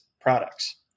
products